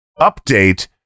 update